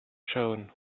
shone